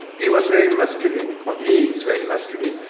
he was very masculine, um is very masculine.